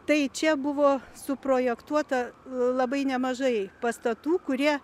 tai čia buvo suprojektuota labai nemažai pastatų kurie